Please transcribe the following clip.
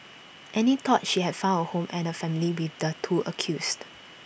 Annie thought she had found A home and A family with the two accused